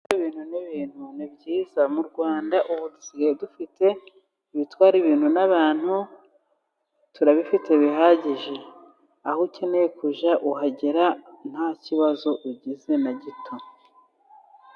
Gutwara abantu n'ibintu ni byiza. Mu Rwanda ubu dusigaye dufite ibitwara ibintu n'abantu, turabifite bihagije aho ukeneye kujya uhagera nta kibazo ugize na gito.